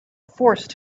forced